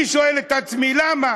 אני שואל את עצמי, למה?